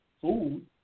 food